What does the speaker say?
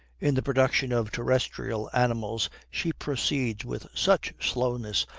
in the production of terrestrial animals she proceeds with such slowness,